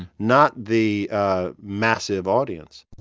not the massive audience